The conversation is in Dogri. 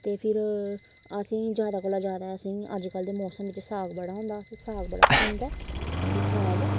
ते फिर असें गी जैदा कोला जैदा असें गी अजकल्ल दे मौसम बिच्च साग बड़ा होंदा असें गी साग बड़ा पसंद ऐ अस साग